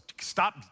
stop